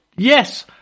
Yes